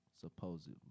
supposedly